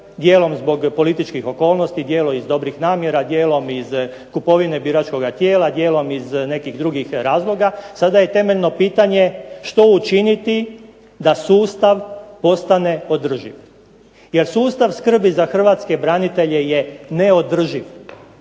Dijelom zbog političkih okolnosti, dijelom iz dobrih namjera, dijelom iz kupovine biračkoga tijela, dijelom iz nekih drugih razloga. Sada je temeljno pitanje što učiniti da sustav postane održiv? Jer sustav skrbi za hrvatske branitelje je neodrživ,